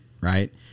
Right